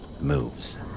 moves